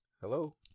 Hello